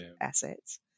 assets